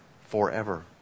forever